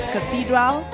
Cathedral